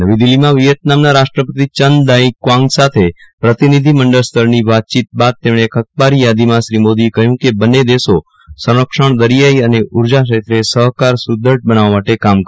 નવી દિલ્હીમાં વિયેતનામના રાષ્ટ્રપતિ ચન દાયી ક્વાંગ સાથે પ્રતિનિધિમંડળસ્તરની વાતચીત બાદ એક અખબારી યાદીમાં શ્રી મોદીએ કહ્યું કે બંન્ને દેશો સંરક્ષણ દરિયાઈ અને ઉર્જા ક્ષેત્રે સહકાર સુદ્રઢ બનાવવા માટે કામ કરશે